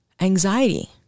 anxiety